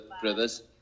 brothers